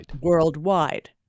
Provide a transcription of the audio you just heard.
worldwide